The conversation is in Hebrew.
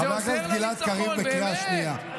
חבר הכנסת גלעד קריב, קריאה שנייה.